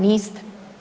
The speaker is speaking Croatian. Niste.